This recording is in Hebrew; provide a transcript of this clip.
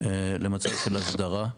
למצב של הסדרה.